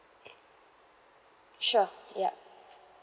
okay sure yup